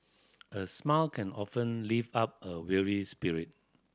a smile can often lift up a weary spirit